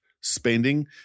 spending